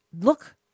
look